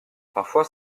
parfois